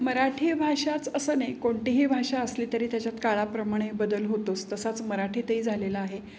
मराठी भाषाच असं नाही कोणतीही भाषा असली तरी त्याच्यात काळाप्रमाणे बदल होतोच तसाच मराठीतही झालेला आहे